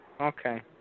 Okay